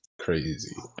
crazy